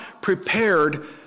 prepared